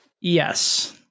Yes